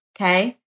Okay